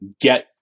get